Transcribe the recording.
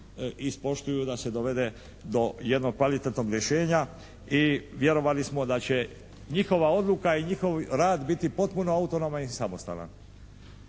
ispoštuju da se dovede do jednog kvalitetnog rješenja i vjerovali smo da će njihova odluka i njihov rad biti potpuno autonoman i samostalan.